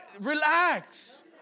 Relax